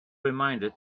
reminder